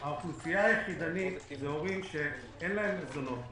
האוכלוסייה היחידנית זה הורים שאין להם מזונות.